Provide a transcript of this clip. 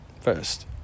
first